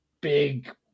big